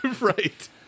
right